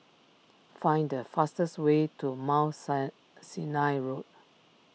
find the fastest way to Mount Sinai Road